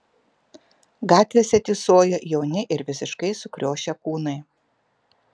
gatvėse tysojo jauni ir visiškai sukriošę kūnai